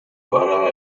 para